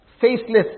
faceless